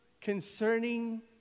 concerning